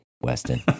Weston